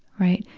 right.